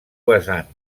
vessant